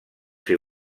ser